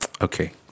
okay